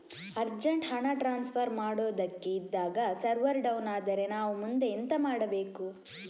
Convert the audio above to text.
Urgent ಹಣ transfer ಮಾಡೋದಕ್ಕೆ ಇದ್ದಾಗ ಸರ್ವರ್ ಡೌನ್ ಆದರೆ ನಾವು ಮುಂದೆ ಎಂತ ಮಾಡಬೇಕು?